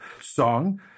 song